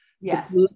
Yes